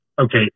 Okay